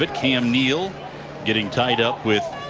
but cam neal getting tied up with